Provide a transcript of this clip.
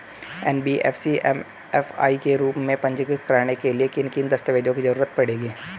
NBFC MFI के रूप में पंजीकृत कराने के लिए किन किन दस्तावेजों की जरूरत पड़ेगी?